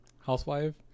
Housewife